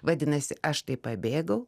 vadinasi aš tai pabėgau